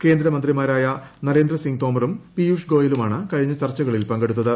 കേന്ദ്രമന്ത്രിമാരായ നരേന്ദ്രസിംഗ് തോമറും പീയൂഷ് ഗോയലുമാണ് കഴിഞ്ഞ ചർച്ചകളിൽ പങ്കെടുത്തത്